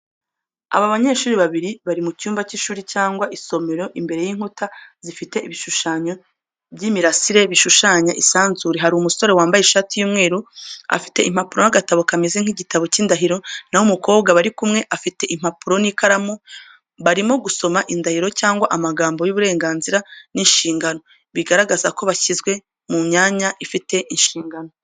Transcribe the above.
Aba banyeshuri babiri bari mu cyumba cy’ishuri cyangwa isomero, imbere y’inkuta zifite ibishushanyo by’imirasire bishushanya isanzure. Hari umusore wambaye ishati y’umweru, afite impapuro n’agatabo kameze nk’igitabo cy’indahiro, naho umukobwa bari kumwe afite impapuro n’ikaramu. Barimo gusoma indahiro cyangwa amagambo y’uburenganzira n’inshingano, bigaragaza ko bashyizwe mu myanya ifite inshingano.